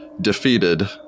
defeated